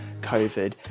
COVID